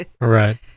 Right